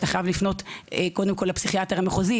אתה חייב לפנות קודם כל לפסיכיאטר המחוזי,